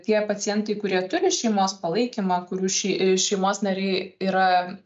tie pacientai kurie turi šeimos palaikymą kurių šei šeimos nariai yra